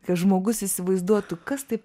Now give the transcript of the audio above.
kad žmogus įsivaizduotų kas taip